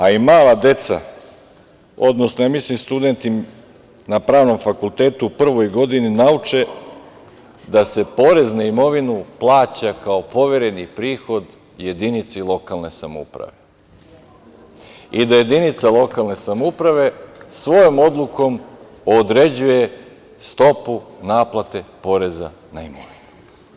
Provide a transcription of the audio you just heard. A, i mala deca, odnosno studenti na pravnom fakultetu na prvoj godini nauče da se porez na imovinu plaća kao povereni prihod jedinici lokalne samouprave i da jedinica lokalne samouprave svojom odlukom određuje stopu naplate poreza na imovinu.